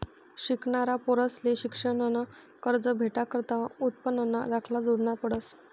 शिकनारा पोरंसले शिक्शननं कर्ज भेटाकरता उत्पन्नना दाखला जोडना पडस